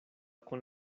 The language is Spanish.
con